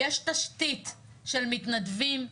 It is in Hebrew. יש תשתית של מתנדבים,